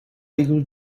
legal